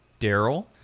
daryl